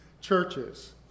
churches